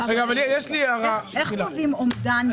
איך קובעים אומדן?